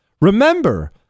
Remember